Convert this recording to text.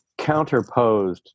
counterposed